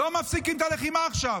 לא מפסיקים את הלחימה עכשיו.